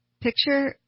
Picture